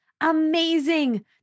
amazing